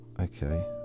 okay